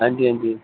आं जी आं जी